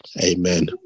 Amen